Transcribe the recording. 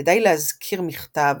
כדאי להזכיר מכתב,